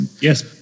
Yes